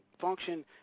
function